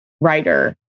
writer